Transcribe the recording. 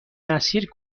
مسیر